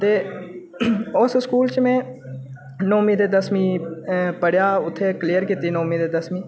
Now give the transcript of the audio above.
ते उस स्कूल च में नौमीं ते दसमीं पढ़ेआ में उ'त्थें क्लियर कीती नौमीं ते दसमीं